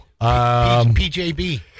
PJB